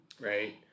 right